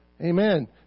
Amen